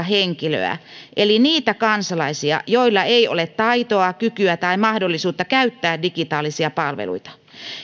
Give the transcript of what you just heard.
henkilöä eli niitä kansalaisia joilla ei ole taitoa kykyä tai mahdollisuutta käyttää digitaalisia palveluita